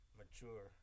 mature